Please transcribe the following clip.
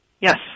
Yes